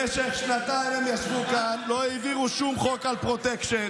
במשך שנתיים הם ישבו כאן ולא העבירו שום חוק על פרוטקשן.